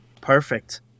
Perfect